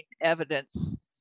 evidence